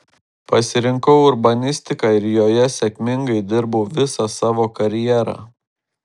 pasirinkau urbanistiką ir joje sėkmingai dirbau visą savo karjerą